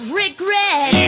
regret